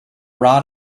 rod